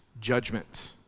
judgment